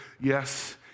yes